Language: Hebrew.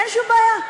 אין שום בעיה.